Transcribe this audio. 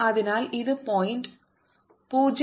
അതിനാൽ ഇത് 0